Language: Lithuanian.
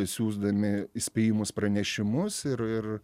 siųsdami įspėjimus pranešimus ir ir